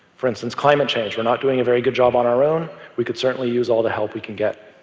for instance, climate change. we're not doing a very good job on our own, we could certainly use all the help we can get.